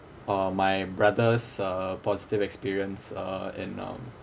uh my brother's uh positive experience uh in um